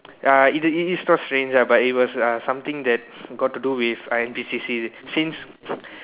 uh it is its not strange uh but it was uh something that got to do with uh N_P_C_C since